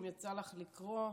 אם יצא לך לקרוא,